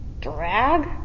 drag